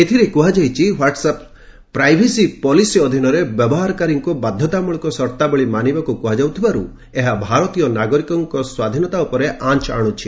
ଏଥିରେ କୁହାଯାଇଛି WhatsApp privacy policy ଅଧୀନରେ ବ୍ୟବହାରକାରୀଙ୍କୁ ବାଧ୍ୟତାମୂଳକ ସର୍ତ୍ତାବଳୀ ମାନିବାକୁ କୁହାଯାଉଥିବାରୁ ଏହା ଭାରତୀୟ ନାଗରିକଙ୍କ ସ୍ୱାଧୀନତା ଉପରେ ଆଞ୍ ଆଣୁଛି